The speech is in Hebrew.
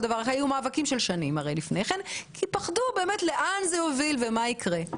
-- היו מאבקים של שנים לפני כן כי פחדו לאן זה יוביל ומה יקרה.